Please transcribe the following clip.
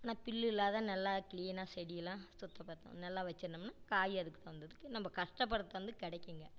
ஆனால் புல்லு இல்லாத நல்லா க்ளீனாக செடியெல்லாம் சுத்த பத்தம் நல்லா வச்சிருந்தோம்ன்னால் காய் அதுக்கு தகுந்ததுக்கு நம்ம கஸ்டப்படுற தகுந்ததுக்கு கிடைக்குங்க